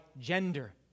gender